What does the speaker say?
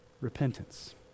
repentance